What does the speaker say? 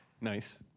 Nice